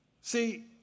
See